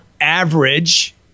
average